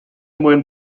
went